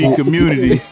community